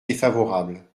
défavorable